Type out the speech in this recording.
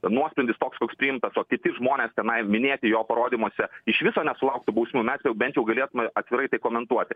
nuosprendis toks koks priimtas o kiti žmonės tenai minėti jo parodymuose iš viso nesulauktų bausmių mes jau bent jau galėtume atvirai tai komentuoti